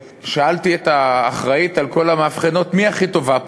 ושאלתי את האחראית לכל המאבחנות: מי הכי טובה פה?